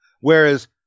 Whereas